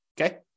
okay